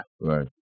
Right